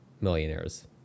millionaires